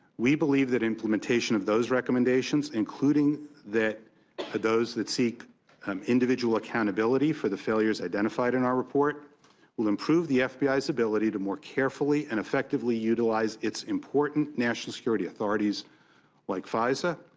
we believe that implementation of those recommendations, including ah those that seek um individual accountability for the failures identified in our report will improve the f b i s ability to more carefully and effectively utilize its important national security authorities like fisa,